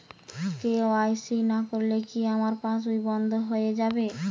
KYC না করলে কি আমার পাশ বই বন্ধ হয়ে যাবে?